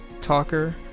talker